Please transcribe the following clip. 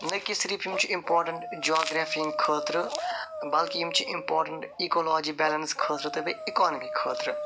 نہ کہِ صرف یِم چھِ امپاٹنٹ جیوگرٛافی ہٕنٛدۍ خٲطرٕ بلکہ یِم چھِ امپاٹنٹ ایٖکالاجی بیلٮ۪نٕس ہٕنٛدۍ خٲطرٕ تہٕ بیٚیہِ اِکانامی خٲطرٕ